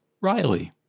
Riley